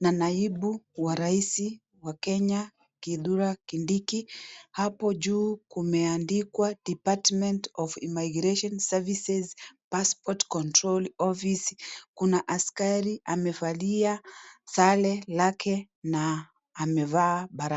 na naibu wa raisi wa Kenya, Kithure Kindiki. Hapo juu kumeandikuwa (cs) Department of Immigration Services Passport Control Office (cs) . Kuna askari amevalia sare lake, na amevaa barakoa.